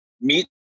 meet